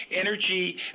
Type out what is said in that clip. energy